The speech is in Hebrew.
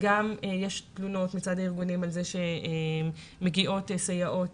יש גם תלונות מצד הארגונים על כך שמגיעות סייעות